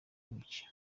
buki